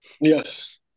Yes